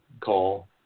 call